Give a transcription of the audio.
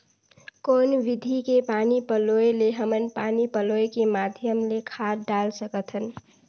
कौन विधि के पानी पलोय ले हमन पानी पलोय के माध्यम ले खाद डाल सकत हन?